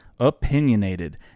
opinionated